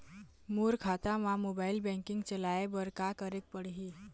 मोर खाता मा mobile banking चलाए बर का करेक पड़ही?